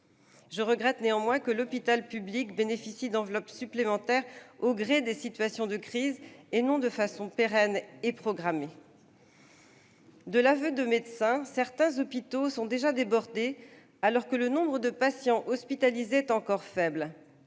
Je regrette néanmoins que l'hôpital public bénéficie d'enveloppes supplémentaires au gré des situations de crise et non de façon pérenne et programmée. De l'aveu de médecins, certains hôpitaux sont déjà débordés, alors que le nombre de patients hospitalisés est encore faible.